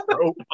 robot